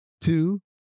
Two